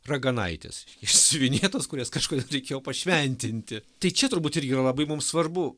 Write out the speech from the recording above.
raganaitės išsiuvinėtos kurias kažkodėl reikėjo pašventinti tai čia turbūt irgi labai mums svarbu